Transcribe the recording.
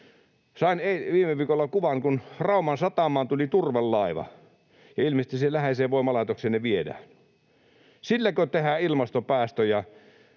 Sain viime viikolla kuvan, kun Rauman satamaan tuli turvelaiva, ja ilmeisesti siihen läheiseen voimalaitokseen ne viedään. Silläkö tehdään ilmastopäästöjen